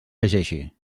llegeixi